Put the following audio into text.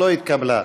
לא התקבלה.